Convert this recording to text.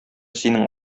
синең